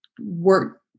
work